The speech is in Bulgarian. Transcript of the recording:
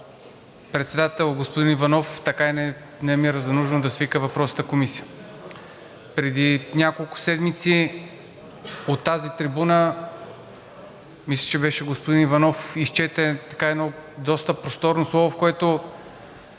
Председателят господин Иванов така и не намери за нужно да свика въпросната комисия. Преди няколко седмици от тази трибуна мисля, че господин Иванов изчете едно доста просторно слово, в което